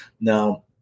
Now